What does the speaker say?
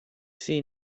see